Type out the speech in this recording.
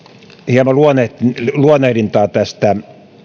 hieman luonnehdintaa tästä oir